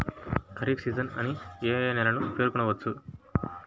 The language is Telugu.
ఖరీఫ్ సీజన్ అని ఏ ఏ నెలలను పేర్కొనవచ్చు?